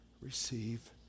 receive